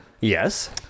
Yes